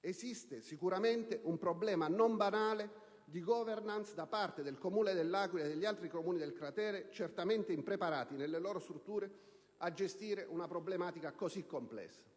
Esiste sicuramente un problema, non banale, di *governance* da parte del Comune dell'Aquila e degli altri Comuni del cratere, certamente impreparati, nelle loro strutture, a gestire una problematica così complessa.